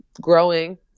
growing